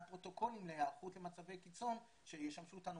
פרוטוקולים להיערכות למצבי קיצון שישמשו אותנו,